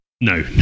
No